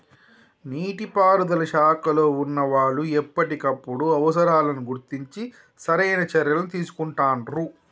నీటి పారుదల శాఖలో వున్నా వాళ్లు ఎప్పటికప్పుడు అవసరాలను గుర్తించి సరైన చర్యలని తీసుకుంటాండ్రు